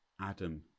Adam